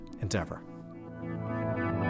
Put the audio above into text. Endeavor